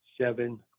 seven